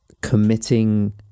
committing